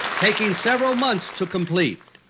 taking several months to complete.